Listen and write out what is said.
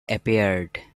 appeared